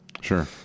sure